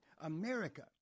America